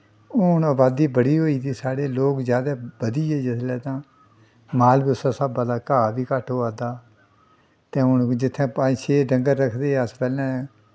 हून अबादी बड़ी होई दी साढ़ै लोग जैदा बधी गे जिसलै तां माल बी उस्सै स्हाबै दा घाऽ बी घट्ट होआ दा ते हून जित्थै पंज छे डंगर रक्खदे हे अस पैह्लै